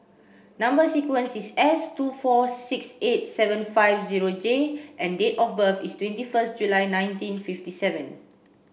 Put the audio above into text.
number sequence is S two four six eight seven five zero J and date of birth is twenty first July nineteen fifty seven